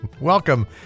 Welcome